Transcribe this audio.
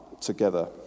together